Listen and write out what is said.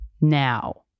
now